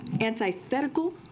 antithetical